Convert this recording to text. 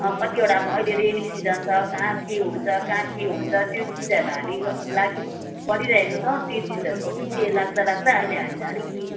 कतिवटा अब अहिले रेनी सिजन छ कहाँ के हुन्छ कहाँ के हुन्छ त्यो चिजहरूमा हामी लागी परिरहेका छौँ त्यो चिजहरूको पछि लाग्दा लाग्दा अहिले हामीलाई अलिकति